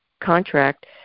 contract